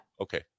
okay